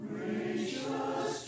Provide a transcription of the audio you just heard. Gracious